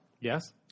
Yes